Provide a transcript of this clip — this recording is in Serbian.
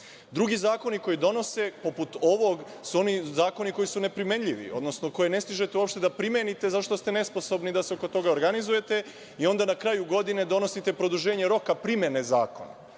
Drugi zakoni koje donose, poput ovog su oni zakoni koji su neprimenljivi, odnosno koje ne stižete uopšte da primenite zato što ste nesposobni da se oko toga organizujete i onda na kraju godini donosite produženje roka primene zakona.